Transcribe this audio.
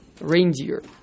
reindeer